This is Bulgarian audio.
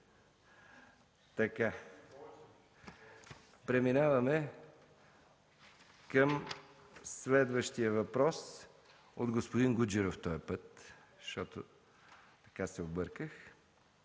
здрав. Преминаваме към следващия въпрос от господин Гуджеров този път, защото се обърках.